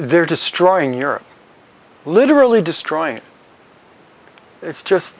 they're destroying europe literally destroying it's just